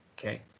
okay